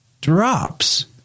drops